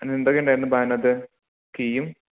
പിന്നെന്തൊക്കെ ഉണ്ടായിരുന്നു ബാഗിനകത്ത് കീയും